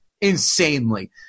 Insanely